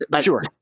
Sure